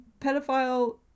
pedophile